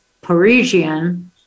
Parisian